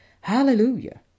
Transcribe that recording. Hallelujah